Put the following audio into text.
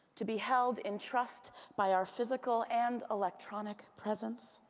to be held in trust by our physical and electronic presence,